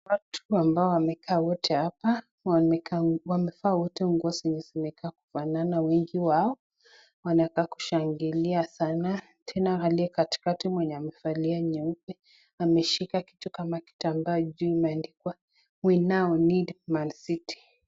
Watu ambao wamekaa wote hapa wamevaa wote nguo zenye zinakaa kufanana wengi wao ,wanakaa kushangilia sana tena pale katikati amevalia nyeupe ameshika kitu kama kitambaa juu imeandikwa ,(cs) we now need Man city (cs).